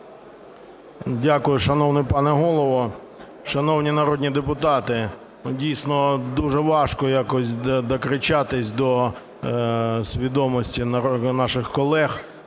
Дякую, шановний пане Голово. Шановні народні депутати, дійсно, дуже важко якось докричатись до свідомості наших колег,